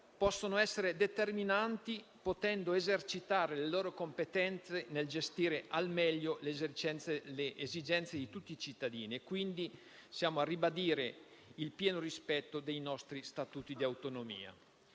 infatti essere determinanti, potendo esercitare le loro competenze nel gestire al meglio le esigenze di tutti cittadini. Vogliamo quindi ribadire il pieno rispetto dei nostri Statuti di autonomia.